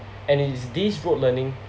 and it is these rote learning